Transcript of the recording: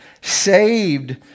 saved